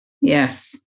Yes